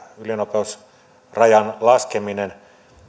ylinopeusrajan laskeminen